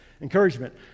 Encouragement